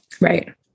right